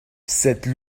cette